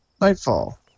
nightfall